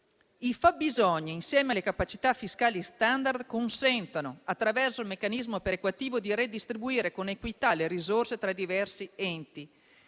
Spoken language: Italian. «I fabbisogni insieme alle capacità fiscali *standard* consentono, attraverso il meccanismo perequativo, di redistribuire con equità le risorse tra i diversi enti.